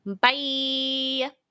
Bye